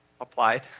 applied